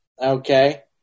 okay